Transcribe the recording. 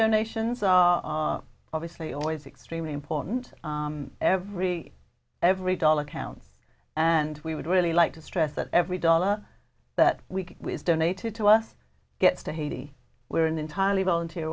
donations are obviously always extremely important every every dollar counts and we would really like to stress that every dollar that was donated to us gets to haiti we are an entirely volunteer